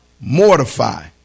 Mortify